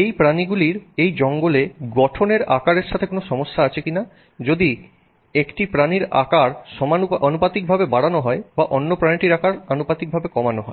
এই প্রাণীগুলির এই জঙ্গলে গঠনের আকারের সাথে কোন সমস্যা আছে কিনা যদি একটি প্রাণীর আকার আনুপাতিকভাবে বাড়ানো হয় বা অন্য প্রাণীটির আকার আনুপাতিকভাবে কমানো হয